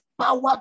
power